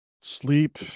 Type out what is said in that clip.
sleep